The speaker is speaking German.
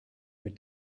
mit